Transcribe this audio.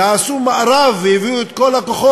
ועשו מארב, והביאו את כל הכוחות.